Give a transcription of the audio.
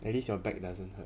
at least your back doesn't hurt